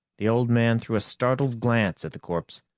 the old man threw a startled glance at the corpse.